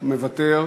מוותר,